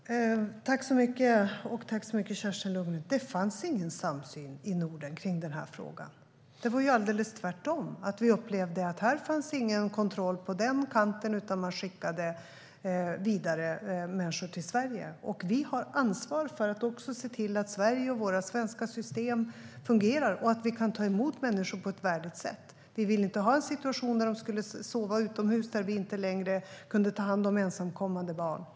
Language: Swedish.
Herr talman! Jag tackar Kerstin Lundgren för frågorna. Det fanns ingen samsyn i den här frågan i Norden. Det var ju alldeles tvärtom: Vi upplevde att det på ena kanten inte fanns någon kontroll, utan man skickade vidare människor till Sverige. Vi har ansvar för att se till att Sverige och våra svenska system fungerar och att vi kan ta emot människor på ett värdigt sätt. Vi ville inte ha en situation där de skulle sova utomhus och där vi inte längre kunde ta hand om ensamkommande barn.